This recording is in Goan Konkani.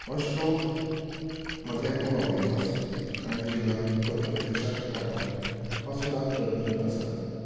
हो श्लोक म्हज्या खूब आवडीचो आसा आनी जिवनांत तो प्रत्यक्षाक हाडपाक हांव सदांच प्रत्नत आसता